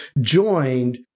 joined